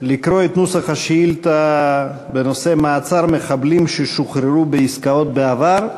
לקרוא את נוסח השאילתה בנושא: מעצר מחבלים ששוחררו בעסקאות בעבר.